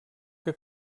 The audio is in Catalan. que